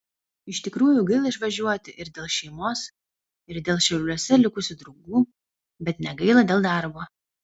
iš tikrųjų gaila išvažiuoti ir dėl šeimos ir dėl šiauliuose likusių draugų bet negaila dėl darbo